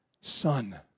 Son